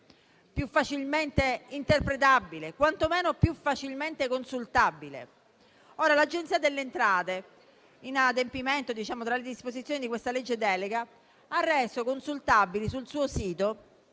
facilmente interpretabile o, quantomeno, facilmente consultabile. L'Agenzia delle entrate, in adempimento alle disposizioni di questa legge delega, ha reso consultabili sul suo sito,